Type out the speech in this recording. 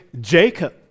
Jacob